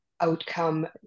outcome